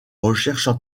recherche